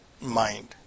mind